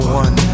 one